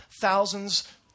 thousands